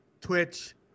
Twitch